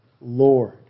Lord